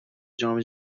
جام